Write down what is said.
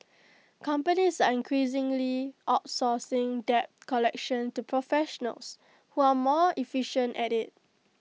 companies are increasingly outsourcing debt collection to professionals who are more efficient at IT